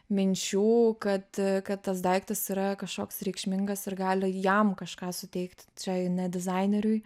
minčių kad kad tas daiktas yra kažkoks reikšmingas ir gali jam kažką suteikt čia ne dizaineriui